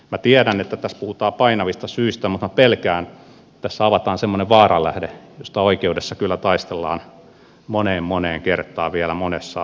minä tiedän että tässä puhutaan painavista syistä mutta minä pelkään että tässä avataan semmoinen vaaran lähde josta oikeudessa kyllä taistellaan moneen moneen kertaan vielä monessa asiassa